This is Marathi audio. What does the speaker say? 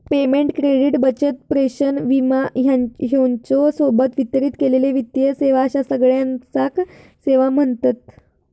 पेमेंट, क्रेडिट, बचत, प्रेषण, विमा ह्येच्या सोबत वितरित केलेले वित्तीय सेवा अश्या सगळ्याकांच सेवा म्ह्णतत